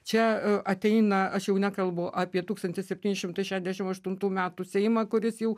čia ateina aš jau nekalbu apie tūkstantis septyni šimtai šešdešim aštuntų metų seimą kuris jau